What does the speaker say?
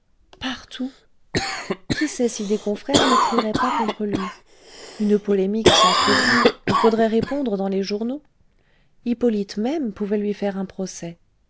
partout qui sait si des confrères n'écriraient pas contre lui une polémique s'ensuivrait il faudrait répondre dans les journaux hippolyte même pouvait lui faire un procès